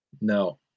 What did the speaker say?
No